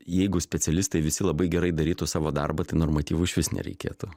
jeigu specialistai visi labai gerai darytų savo darbą tai normatyvų išvis nereikėtų